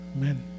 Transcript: Amen